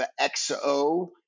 XO